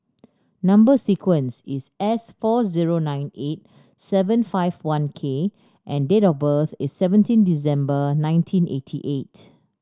number sequence is S four zero nine eight seven five one K and date of birth is seventeen December nineteen eighty eight